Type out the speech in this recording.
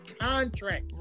contract